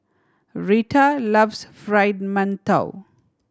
Retta loves Fried Mantou